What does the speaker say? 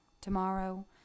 tomorrow